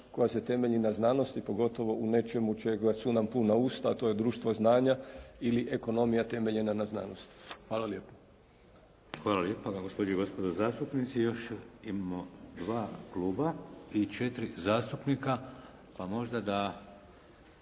koja se temelji na znanosti pogotovo u nečemu u čemu su nam puna usta, a to je društvo znanja ili ekonomija temeljena na znanosti. Hvala lijepo. **Šeks, Vladimir (HDZ)** Hvala lijepo. Gospođe i gospodo zastupnici, još imamo dva kluba i četiri zastupnika, pa možda da